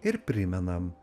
ir primenam